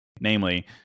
Namely